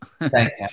Thanks